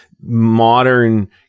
modern